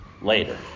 later